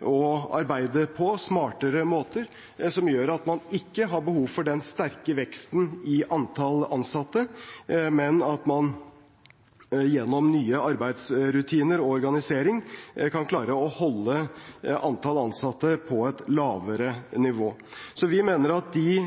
arbeide på, noe som gjør at man ikke har behov for den sterke veksten i antall ansatte, men at man gjennom nye arbeidsrutiner og organisering kan klare å holde antall ansatte på et lavere nivå. Så vi mener at de